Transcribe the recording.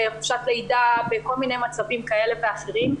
בחופשת לידה או בכל מיני מצבים כאלה ואחרים.